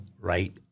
right